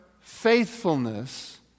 faithfulness